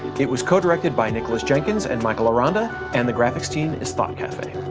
it was co-directed by nicholas jenkins and michael aranda, and the graphics team is thought cafe.